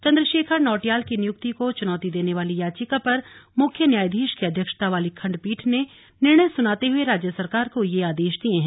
चन्द्र शेखर नौटियाल की नियुक्ति को च्रनौती देने वाली याचिका पर मुख्य न्यायधीश की अध्यक्षता वाली खण्डपीठ ने निर्णय सुनाते हुए राज्य सरकार को यह आदेश दिए हैं